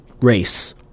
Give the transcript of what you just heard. race